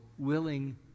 Willing